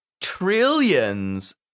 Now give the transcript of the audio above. trillions